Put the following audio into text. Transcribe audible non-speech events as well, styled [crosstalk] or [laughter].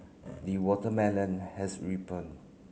the watermelon has [unintelligible]